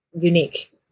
unique